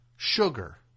Sugar